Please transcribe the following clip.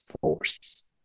force